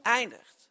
eindigt